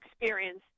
experience